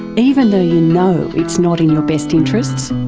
even though you know it's not in your best interests?